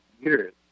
years